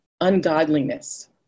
ungodliness